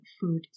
food